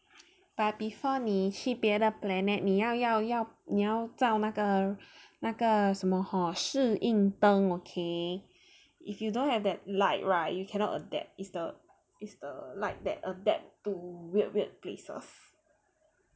but before 你去别的 planet 你要要要造那个那个什么 hor 适应灯 okay if you don't have that light right you cannot adapt is the is the light that adapt to weird weird places